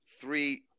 three